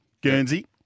Guernsey